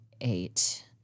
eight